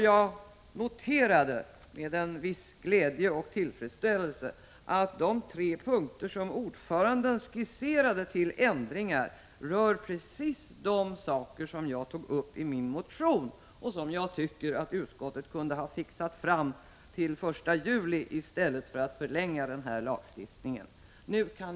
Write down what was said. Jag noterar med en viss glädje och tillfredsställelse att de tre punkter som utskottsordföranden skisserade ändringar i rör precis de saker som jag har tagit upp i min motion. Jag tycker att utskottet kunde ha lagt fram sina förslag före den 1 juli i stället för att förlänga lagstiftningsarbetet.